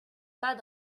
pas